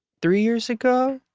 three years ago?